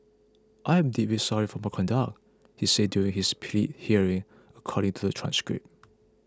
I am deeply sorry for my conduct he said during his plea hearing according to a transcript